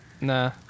Nah